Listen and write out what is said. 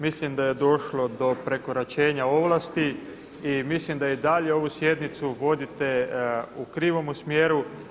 Mislim da je došlo do prekoračenja ovlasti i mislim da i dalje ovu sjednicu vodite u krivomu smjeru.